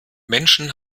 menschen